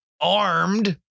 armed